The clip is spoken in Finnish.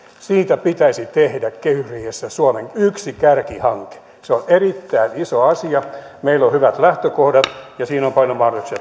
siitä pitäisi tehdä kehysriihessä suomen yksi kärkihanke se on erittäin iso asia meillä on hyvät lähtökohdat ja siinä on paljon mahdollisuuksia